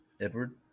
Edward